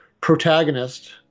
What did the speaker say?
protagonist